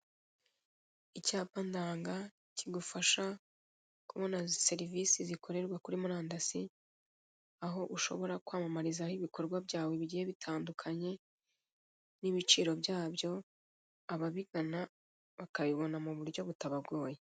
Icyapa ndanga kigufasha kubona serivisi zikorerwa kuri murandasi, aho ushobora kwamamarizaho ibikorwa byawe bigiye bitandukanye n'ibiciro byabyo, ababigana bakabibona mu buryo butabagoye.